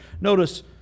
notice